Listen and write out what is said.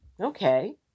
okay